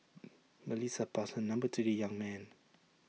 Melissa passed her number to the young man